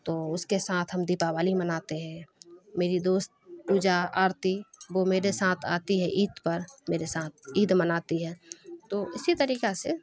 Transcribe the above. تو اس کے ساتھ ہم دیپاولی مناتے ہیں میری دوست پوجا آرتی وہ میرے ساتھ آتی ہے عید پر میرے ساتھ عید مناتی ہے تو اسی طریقہ سے